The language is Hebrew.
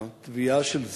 בטביעה של "סטרומה",